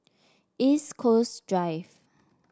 East Coast Drive